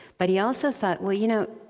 but he also thought, well, you know,